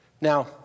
Now